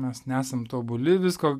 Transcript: mes nesam tobuli visko